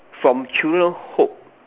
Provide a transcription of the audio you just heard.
from children hope